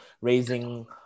raising